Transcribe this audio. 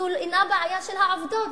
זו אינה בעיה של העובדות,